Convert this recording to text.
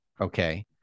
okay